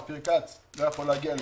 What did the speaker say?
אופיר כץ, לא יכולים להגיע לשם.